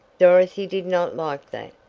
dorothy did not like that.